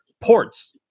ports